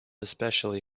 especially